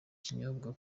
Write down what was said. kinyobwa